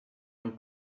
and